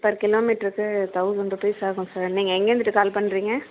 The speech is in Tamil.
சார் கிலோமீட்டருக்கு தொளசண்ட் ருப்பீஸ் ஆகும் சார் நீங்கள் எங்கேருந்துட்டு கால் பண்ணுறிங்க